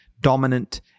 dominant